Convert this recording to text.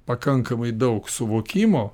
pakankamai daug suvokimo